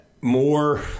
More